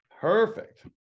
perfect